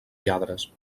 lladres